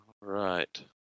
right